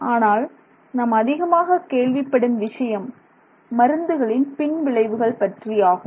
ஆனால் நாம் அதிகமாக கேள்விப்படும் விஷயம் மருந்துகளின் பின்விளைவுகள் பற்றியாகும்